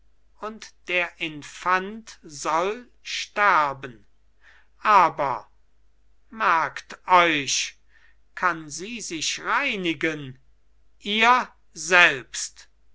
und der infant soll sterben aber merkt euch kann sie sich reinigen ihr selbst